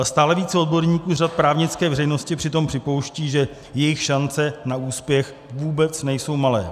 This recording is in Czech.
Stále více odborníků z řad právnické veřejnosti přitom připouští, že jejich šance na úspěch vůbec nejsou malé.